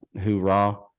hoorah